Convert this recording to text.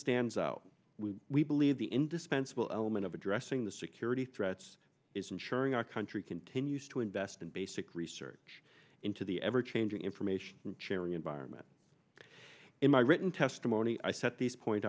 stands out we believe the indispensable element of addressing the security threats is ensuring our country continues to invest in basic research into the ever changing information sharing environment in my written testimony i set this point